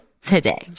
today